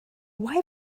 why